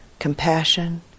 Compassion